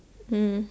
mm